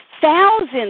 thousands